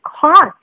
cost